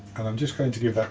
and i'm just going to give that